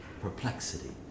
perplexity